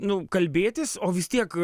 nu kalbėtis o vis tiek